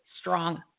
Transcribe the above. strong